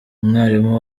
umwalimu